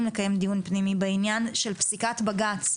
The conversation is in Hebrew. לקיים דיון פנימי בעניין של פסיקת בג"ץ.